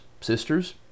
sisters